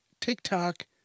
TikTok